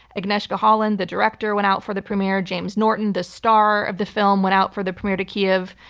agnieszka holland, the director, went out for the premiere. james norton, the start of the film, went out for the premier to kyiv.